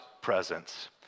presence